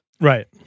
Right